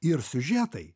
ir siužetai